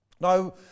Now